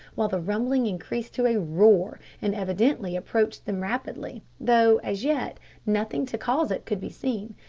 while the rumbling increased to a roar, and evidently approached them rapidly, though as yet nothing to cause it could be seen,